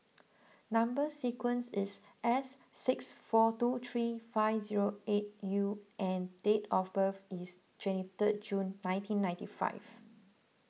Number Sequence is S six four two three five zero eight U and date of birth is twenty third June nineteen ninety five